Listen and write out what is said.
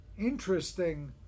interesting